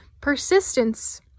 Persistence